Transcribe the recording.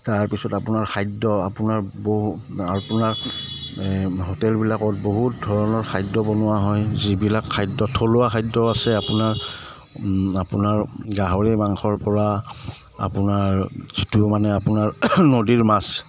তাৰপিছত আপোনাৰ খাদ্য আপোনাৰ বহু আপোনাৰ হোটেলবিলাকত বহুত ধৰণৰ খাদ্য বনোৱা হয় যিবিলাক খাদ্য থলুৱা খাদ্য আছে আপোনাৰ আপোনাৰ গাহৰি মাংসৰ পৰা আপোনাৰ যিটো মানে আপোনাৰ নদীৰ মাছ